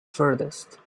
furthest